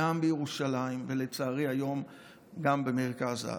וגם בירושלים, ולצערי היום גם במרכז הארץ.